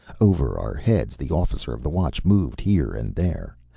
over our heads the officer of the watch moved here and there.